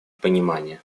понимания